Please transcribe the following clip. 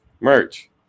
Merch